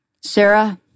Sarah